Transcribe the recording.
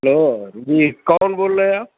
hello جی کون بول رہے ہیں آپ